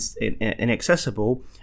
inaccessible